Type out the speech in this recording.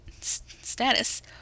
status